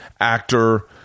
actor